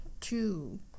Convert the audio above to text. Two